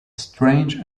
strange